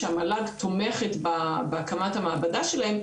שהמל"ג תומכת בהקמת המעבדה שלהם.